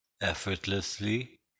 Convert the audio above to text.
effortlessly